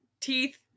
teeth